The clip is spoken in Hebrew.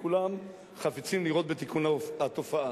כולם חפצים לראות בתיקון התופעה.